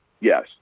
yes